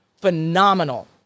phenomenal